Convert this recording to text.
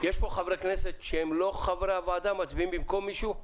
חברי כנסת שהם לא חברי ועדה ומצביעים במקום מישהו?